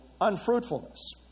unfruitfulness